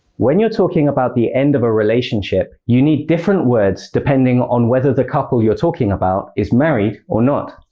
when you're talking about the end of a relationship, you need different words depending on whether the couple you're talking about is married or not.